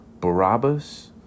Barabbas